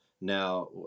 now